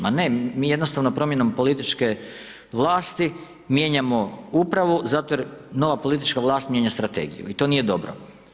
Ma ne, mi jednostavno promjenom političke vlasti mijenjamo upravo zato jer nova politička vlast mijenja strategiju i to nije dobro.